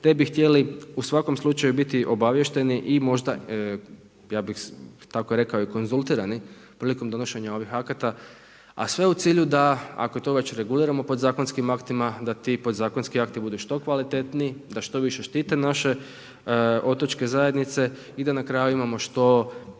te bi htjeli u svakom slučaju biti obavješteni i možda, ja bi tako rekao i konzultirani prilikom donošenjem ovih akata, a sve u cilju da ako to već reguliramo podzakonskim aktima, da ti podzakonski akti budu što kvalitetniji, da što više štite naše otočke zajednice i da na kraju imamo što